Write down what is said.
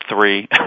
three